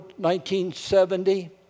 1970